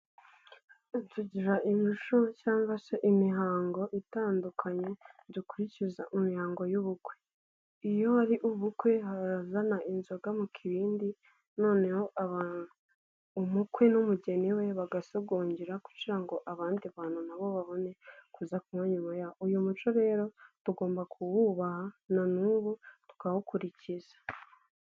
Tugira imico cyangwa se imihango itandukanye dukurikiza mu mihango y'ubukwe. Iyo hari ubukwe hari abazana inzoga mu kibindi, noneho umukwe n'umugeni we bagasogongera, kugira ngo abandi bantu na bo babone kuza. Uyu muco rero tugomba kuwubaha na n'ubu tukawukurikiza.